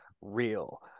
real